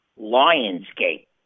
Lionsgate